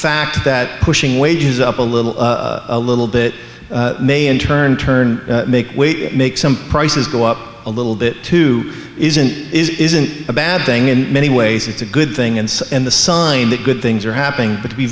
fact that pushing wages up a little a little bit may in turn turn make make some prices go up a little bit too isn't isn't a bad thing in many ways it's a good thing and the sign that good things are happening but to be